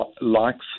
likes